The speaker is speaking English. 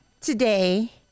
today